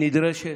נדרשת?